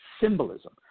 symbolism